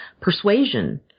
persuasion